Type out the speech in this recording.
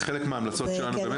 זה חלק מההמלצות שלנו באמת.